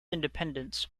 independence